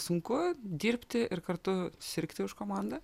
sunku dirbti ir kartu sirgti už komandą